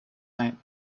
night